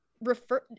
refer